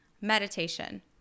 Meditation